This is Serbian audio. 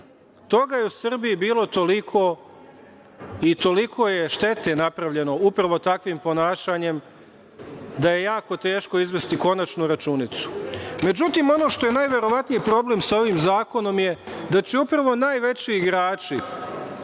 Toga je u Srbiji bilo toliko i toliko je štete napravljeno upravo takvim ponašanjem da je jako teško izvesti konačnu računicu.Međutim, ono što je najverovatnije problem sa ovim zakonom je da će upravo najveći igrači